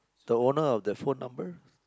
the owner of the phone numbers